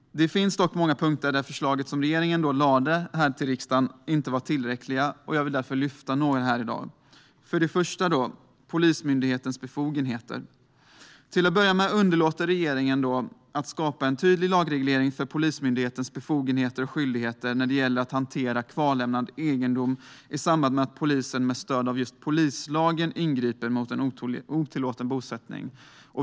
Det fanns dock många punkter där det förslag som regeringen lämnade till riksdagen inte var tillräckligt. Jag vill ta upp några av dem här i dag. För det första ska jag lyfta fram Polismyndighetens befogenheter. Till att börja med underlåter regeringen att skapa en tydlig lagreglering för Polismyndighetens befogenheter och skyldigheter när det gäller att hantera kvarlämnad egendom i samband med att polisen, med stöd i just polislagen, ingriper mot en otillåten bosättning.